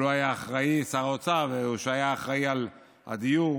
או שר האוצר שהיה אחראי לדיור